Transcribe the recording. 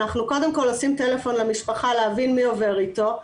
אנחנו קודם כל עושים טלפון למשפחה להבין מי עובר איתו,